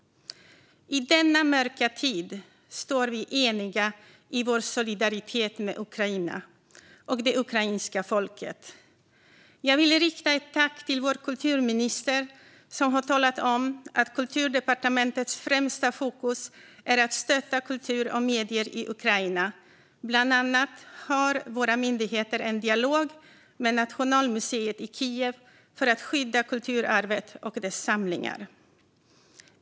I denna mörka tid står vi eniga i vår solidaritet med Ukraina och det ukrainska folket. Jag vill rikta ett tack till vår kulturminister, som har talat om att Kulturdepartementets främsta fokus är att stötta kultur och medier i Ukraina. Bland annat har våra myndigheter en dialog med nationalmuseet i Kiev för att skydda kulturarvet och dess samlingar.